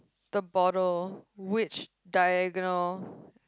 the bottle which diagonal